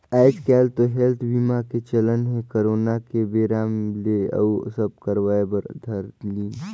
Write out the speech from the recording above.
आएज काएल तो हेल्थ बीमा के चलन हे करोना के बेरा ले अउ सब करवाय बर धर लिन